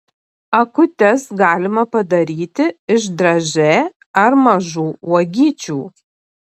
akutes galima padaryti iš dražė ar mažų uogyčių